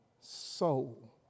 soul